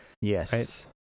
Yes